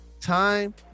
time